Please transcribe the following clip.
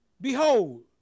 Behold